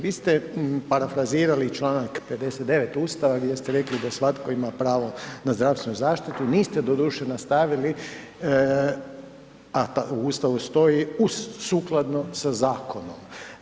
Vi ste parafrazirali čl. 59 Ustava gdje ste rekli da svatko ima pravo na zdravstvenu zaštitu, niste doduše nastavili a u Ustavu stoji „uz sukladno sa zakonom“